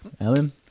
Alan